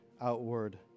outward